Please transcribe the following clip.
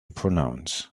pronounce